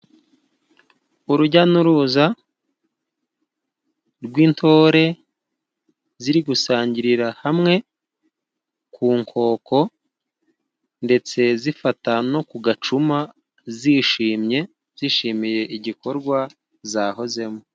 Urujya n'uruza rw'intore ziri gusangirira hamwe ku nkoko ndetse zifata no ku gacuma, zishimye zishimiye igikorwa zahozemo.